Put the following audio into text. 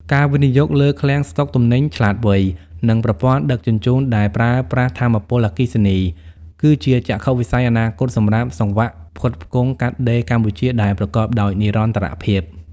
ការវិនិយោគលើឃ្លាំងស្ដុកទំនិញឆ្លាតវៃ និងប្រព័ន្ធដឹកជញ្ជូនដែលប្រើប្រាស់ថាមពលអគ្គិសនី គឺជាចក្ខុវិស័យអនាគតសម្រាប់សង្វាក់ផ្គត់ផ្គង់កាត់ដេរកម្ពុជាដែលប្រកបដោយនិរន្តរភាព។